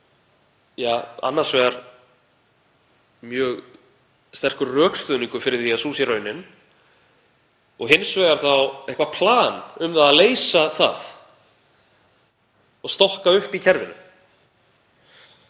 fram annars vegar mjög sterkur rökstuðningur fyrir því að sú sé raunin og hins vegar eitthvert plan um að leysa það og stokka upp í kerfinu.